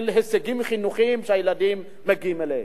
ההישגים החינוכיים שהילדים מגיעים אליהם.